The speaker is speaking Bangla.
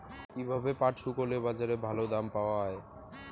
কীভাবে পাট শুকোলে বাজারে ভালো দাম পাওয়া য়ায়?